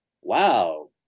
Wow